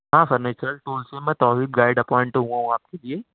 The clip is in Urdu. ہاں سر نیچرل ٹورس سے میں توحید گائیڈ اپائنٹ ہوا ہوں آپ کے لیے